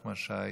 נחמן שי,